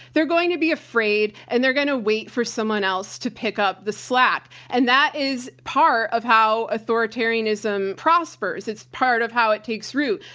they're going to be afraid and they're going to wait for someone else to pick up the slack. and that is part of how authoritarianism prospers. it's part of how it takes root.